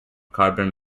carbon